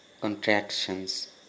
contractions